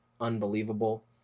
Unbelievable